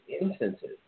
instances